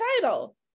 title